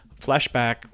flashback